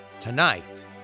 Tonight